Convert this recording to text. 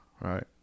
Right